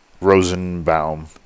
Rosenbaum